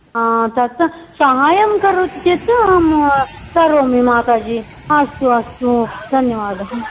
तत् सहायं करोति चेत् अहं करोमि माताजि अस्तु अस्तु धन्यवादः